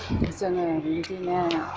जोङो बिबायदिनो